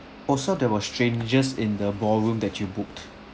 also there were strangers in the ballroom that you booked